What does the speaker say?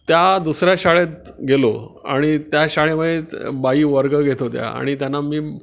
त्या दुसऱ्या शाळेत गेलो आणि त्या शाळेमध्ये बाई वर्ग घेत होत्या आणि त्यांना मी